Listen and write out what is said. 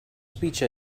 speech